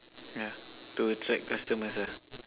yeah to attract customers ah